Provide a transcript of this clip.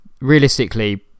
realistically